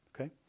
Okay